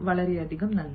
വളരെയധികം നന്ദി